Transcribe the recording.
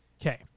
Okay